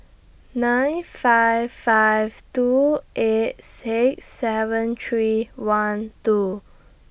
nine five five two eight six seven three one two